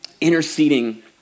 interceding